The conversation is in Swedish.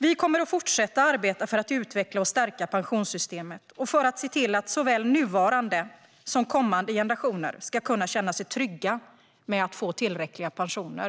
Vi kommer att fortsätta att arbeta för att utveckla och stärka pensionssystemet och för att se till att såväl nuvarande som kommande generationer ska kunna känna sig trygga med att få tillräckliga pensioner.